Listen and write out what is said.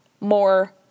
more